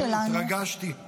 סוף-סוף לקח אחריות על משהו.